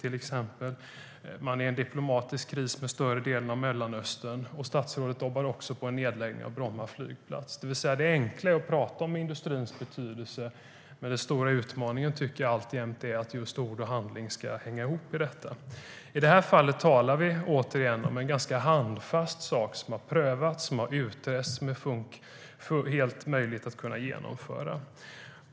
Man är i en diplomatisk kris med större delen av Mellanöstern, och statsrådet jobbar på en nedläggning av Bromma flygplats.I det här fallet talar vi återigen om en ganska handfast sak som har prövats och utretts och som det är helt möjligt att genomföra.